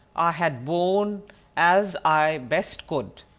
i had borne as i best could,